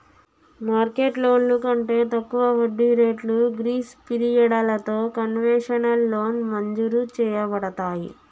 market లోన్లు కంటే తక్కువ వడ్డీ రేట్లు గ్రీస్ పిరియడలతో కన్వెషనల్ లోన్ మంజురు చేయబడతాయి